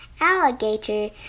Alligator